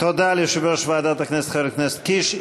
תודה ליושב-ראש ועדת הכנסת חבר הכנסת קיש.